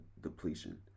depletion